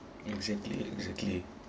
exactly exactly